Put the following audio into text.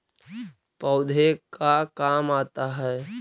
पौधे का काम आता है?